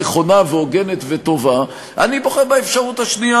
ואני שמח שבסוף הגענו לאיזו הבנה,